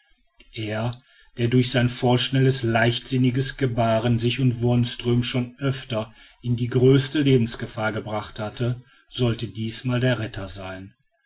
er der durch sein vorschnelles leichtsinniges gebahren sich und wonström schon öfter in die größte lebensgefahr gebracht hatte sollte diesmal der retter sein